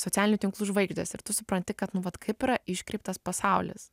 socialinių tinklų žvaigždės ir tu supranti kad nu vat kaip yra iškreiptas pasaulis